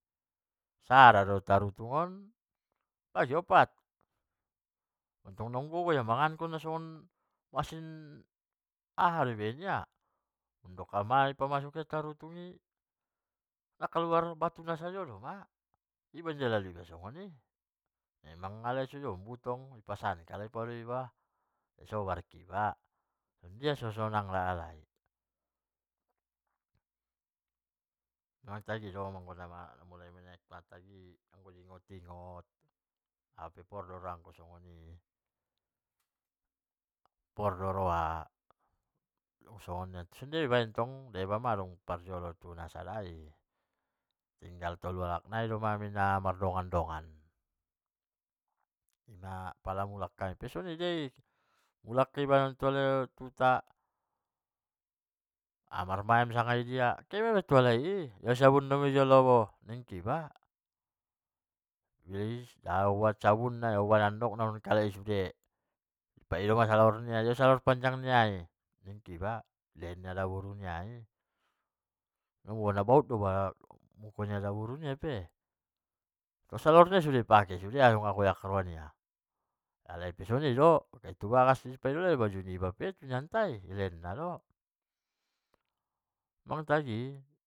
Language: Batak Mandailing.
Sada do tarutung on bagi opat. adong tong naung gogo doma ia mangankon, nasongon aha doma baen ia, adong ma naipamasuk nia do tarutung i nakaluar tinggal batu na sajo doma, ibantong nanggi lalu iba soni memang halai sajo butong un opasan halai sian iba sobar iba bia so sonang lala halai, natagi do mulai ngen menek natagi do, au pe pordorangku soni porroha deba tong haran na sahalak nai, tinggal tolu halak nai doma hai namardongan-dongan, pala mulak hai pennon soni doi, mulak pe hai non akka namarmayam sanga tudia kehe ma iba tu halai i, dia ma jo sabun mijolo niba, naioban sabun na nai oban andok na sian kalai sude, naioban ia saluar nia, dia jo saluar mijo niba lehen adaboru niai, adong nabau do muko ni daboru nai, ukke saluar nilakali niai i pake sude dia ma nagoyak roa niai, halai pe soni do, kehe haalai tu bagas i pangido halai baju niba ilehen do, soni do sude on tagi.